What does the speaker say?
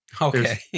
Okay